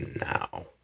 now